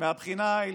מהבחינה ההלכתית,